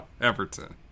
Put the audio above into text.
Everton